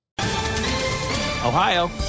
Ohio